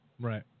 Right